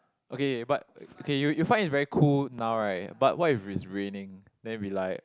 okay but okay you you find it's very cool now right but what if it's raining then it will be like